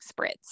spritz